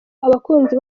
abakunzi